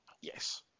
Yes